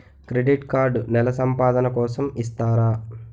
Credit card నెల సంపాదన కోసం ఇస్తారా?